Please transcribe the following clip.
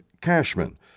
Cashman